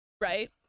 Right